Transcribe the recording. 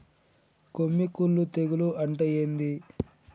కొమ్మి కుల్లు తెగులు అంటే ఏంది?